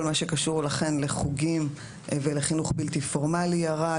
כל מה שקשור לחוגים ולחינוך בלתי פורמלי, ירד.